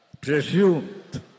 presumed